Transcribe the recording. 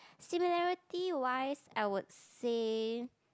similarity wise I would say